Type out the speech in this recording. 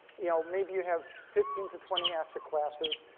you know maybe you have fifteen to twenty asset classes.